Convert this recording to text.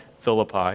Philippi